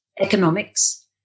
economics